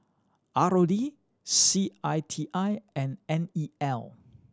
R O D C I T I and N E L